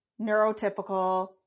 neurotypical